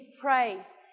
praise